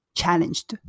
challenged